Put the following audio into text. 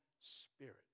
spirit